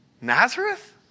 Nazareth